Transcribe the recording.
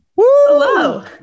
hello